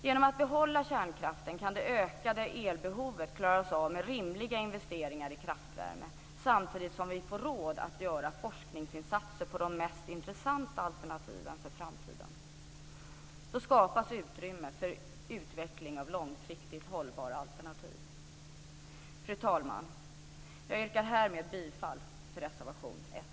Genom att behålla kärnkraften kan det ökade elbehovet klaras av med rimliga investeringar i kraftvärme, samtidigt som vi får råd att göra forskningsinsatser på de mest intressanta alternativen för framtiden. Då skapas utrymme för utveckling av långsiktigt hållbara alternativ. Fru talman! Jag yrkar härmed bifall till reservation nr 1.